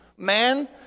man